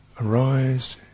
arise